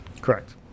Correct